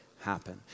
happen